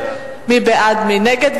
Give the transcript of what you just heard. מי בעד ומי נגד.